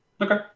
okay